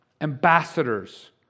ambassadors